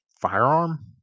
firearm